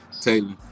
Taylor